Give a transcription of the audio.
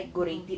mm mm